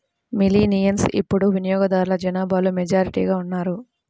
millennials ఇప్పుడు వినియోగదారుల జనాభాలో మెజారిటీగా ఉన్నారు